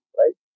right